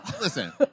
Listen